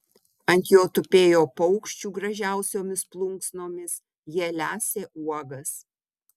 ant jo tupėjo paukščių gražiausiomis plunksnomis jie lesė uogas